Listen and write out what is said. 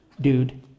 dude